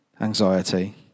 anxiety